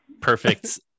Perfect